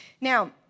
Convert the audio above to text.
Now